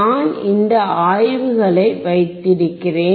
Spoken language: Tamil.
நான் இந்த ஆய்வுகளை வைத்திருக்கிறேன்